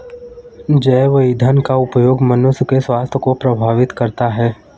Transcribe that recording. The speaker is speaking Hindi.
जैव ईंधन का उपयोग मनुष्य के स्वास्थ्य को प्रभावित करता है